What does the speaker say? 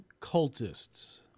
cultists